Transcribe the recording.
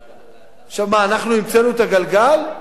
עכשיו, מה, אנחנו המצאנו את הגלגל?